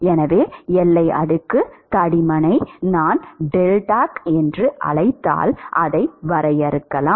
எனவே எல்லை அடுக்கு தடிமனை நான் டெல்டாக் என்று அழைத்தால் அதை வரையறுக்கலாம்